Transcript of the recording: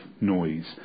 noise